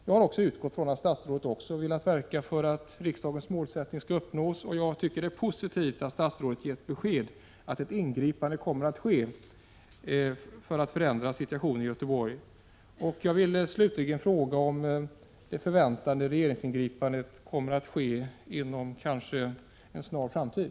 Jag har utgått ifrån att även statsrådet har velat verka för att riksdagens mål skall uppnås, och det är positivt att statsrådet har gett besked om att ett ingripande kommer att ske, som är avsett att förändra situationen i Göteborg. Jag vill slutligen fråga: Kommer det förväntade regeringsingripandet att ske inom en snar framtid?